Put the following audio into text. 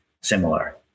similar